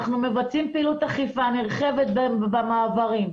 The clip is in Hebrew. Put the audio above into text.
אנחנו מבצעים פעילות אכיפה נרחבת במעברים,